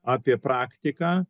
apie praktiką